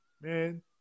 man